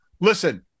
listen –